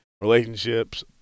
relationships